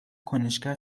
کنشگر